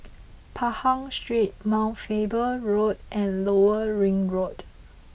Pahang Street Mount Faber Road and Lower Ring Road